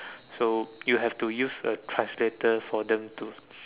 so you have to use a translator for them to